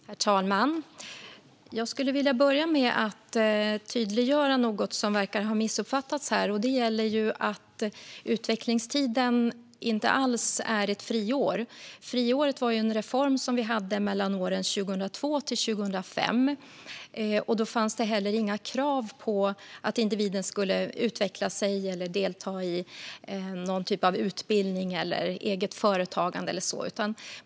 Herr talman! Jag skulle vilja börja med att tydliggöra något som verkar ha missuppfattats. Utvecklingstiden är inte alls ett friår. Friåret var en reform som vi hade åren 2002-2005. Då fanns det inga krav på att individen skulle utveckla sig eller delta i någon typ av utbildning, eget företagande eller så.